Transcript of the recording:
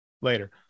Later